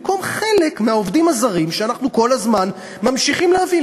במקום חלק מהעובדים הזרים שאנחנו כל הזמן ממשיכים להביא.